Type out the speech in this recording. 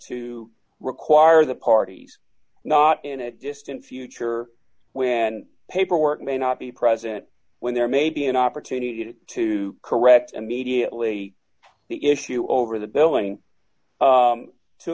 to require the parties not in a distant future when paperwork may not be present when there may be an opportunity to correct immediately the issue over the billing